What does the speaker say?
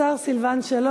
הוועדה המוסמכת לדון